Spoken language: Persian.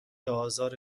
آزار